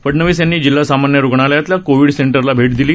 फडनवीस यांनी जिल्हा सामान्य रुग्णालयातल्या कोविड सेंटरला भैट दिली